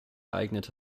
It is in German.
ereignet